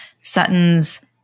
Sutton's